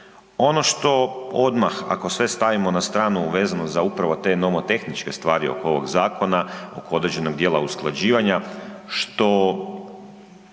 Ono što odmah ako sve stavimo na stranu vezano za upravo te nomotehničke stvari oko ovog zakona, određenog dijela usklađivanja što